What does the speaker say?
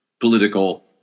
political